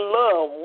love